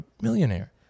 millionaire